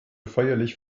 feierlich